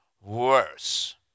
worse